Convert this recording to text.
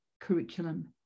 curriculum